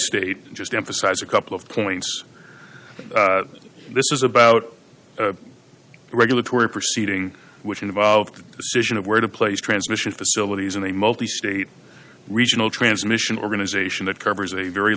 state just emphasize a couple of points this is about the regulatory proceeding which involved the decision of where to place transmission facilities in a multi state regional transmission organization that covers a very